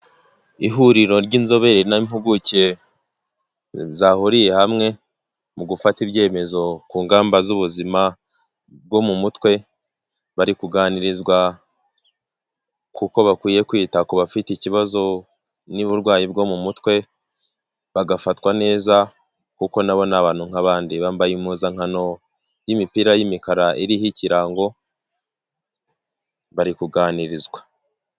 Ihuriro ry'inzobere n'impuguke zahuriye hamwe mu gufata ibyemezo ku ngamba z'ubuzima bwo mu mutwe bari kuganirizwa kuko bakwiye kwita ku bafite ikibazo n'uburwayi bwo mu mutwe bagafatwa neza kuko nabo abantu nk'abandi, bambaye impuzankano y'imipira y'imikara iriho ikirango bari kuganirizwa.